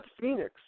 Phoenix